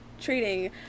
treating